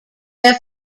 their